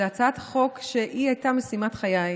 זאת הצעת חוק שהייתה משימת חיי.